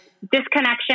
disconnection